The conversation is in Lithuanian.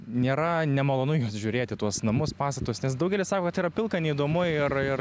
nėra nemalonu į juos žiūrėt į tuos namus pastatus nes daugelis sako kad tai yra pilka neįdomu ir ir